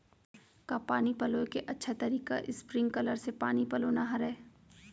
का पानी पलोय के अच्छा तरीका स्प्रिंगकलर से पानी पलोना हरय?